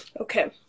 Okay